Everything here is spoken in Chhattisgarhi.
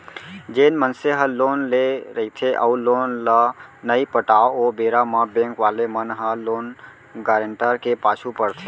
जेन मनसे ह लोन लेय रहिथे अउ लोन ल नइ पटाव ओ बेरा म बेंक वाले मन ह लोन गारेंटर के पाछू पड़थे